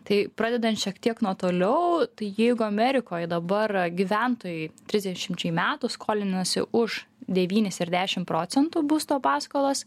tai pradedan šiek tiek nuo toliau tai jeigu amerikoj dabar gyventojai trisdešimčiai metų skolinasi už devynis ir dešim procentų būsto paskolas